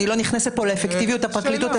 אני לא נכנסת פה לאפקטיביות הפרקליטות.